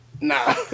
Nah